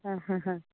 ആ ഹാ ഹാ